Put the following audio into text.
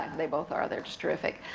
they both are, they're just terrific.